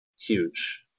huge